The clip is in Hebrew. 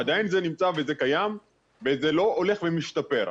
עדיין זה נמצא וזה קיים וזה לא הולך ומשתפר.